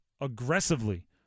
aggressively